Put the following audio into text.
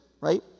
right